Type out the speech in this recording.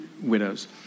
widows